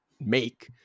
make